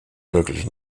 wirklich